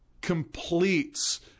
completes